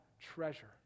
treasure